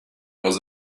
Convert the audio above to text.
was